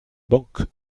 banque